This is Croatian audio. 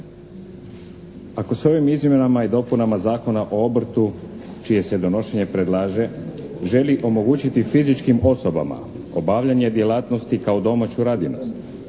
Ako s ovim izmjenama i dopunama Zakona o obrtu čije se donošenje predlaže želi omogućiti fizičkim osobama obavljanje djelatnosti kao domaću radinost